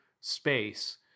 space